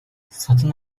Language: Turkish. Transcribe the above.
satın